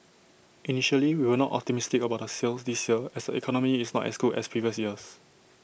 initially we were not optimistic about the sales this year as the economy is not as good as previous years